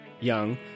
young